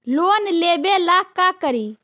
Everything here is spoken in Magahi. लोन लेबे ला का करि?